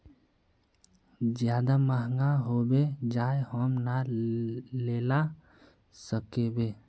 ज्यादा महंगा होबे जाए हम ना लेला सकेबे?